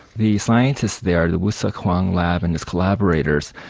the scientists there, the woo-suk hwang lab and its collaborators,